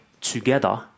together